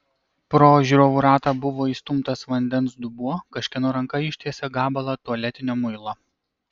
pro žiūrovų ratą buvo įstumtas vandens dubuo kažkieno ranka ištiesė gabalą tualetinio muilo